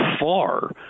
far